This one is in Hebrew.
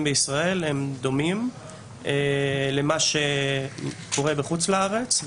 בישראל הם דומים למה שקורה בחוץ-לארץ.